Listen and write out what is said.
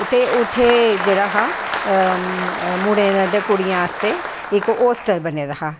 उत्थैें जेह्ड़ा हा मुड़ोें ते कुड़ियें आस्ते इक होस्टल बने दा हा